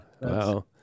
Wow